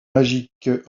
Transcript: magique